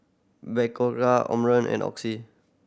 Omron and Oxy